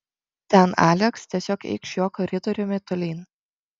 ten aleks tiesiog eik šiuo koridoriumi tolyn